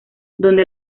donde